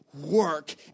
work